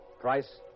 Price